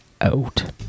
out